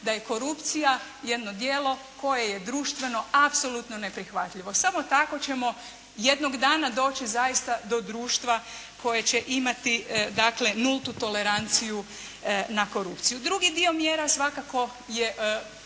da je korupcija jedno djelo koje je društveno apsolutno neprihvatljivo. Samo tako ćemo jednog dana doći zaista do društva koje će imati dakle nultu toleranciju na korupciju. Drugi dio mjera svakako je